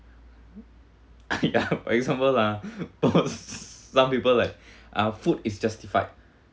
ya for example lah for some people like our food is justified